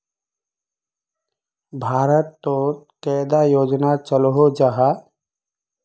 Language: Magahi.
भारत तोत कैडा योजना चलो जाहा?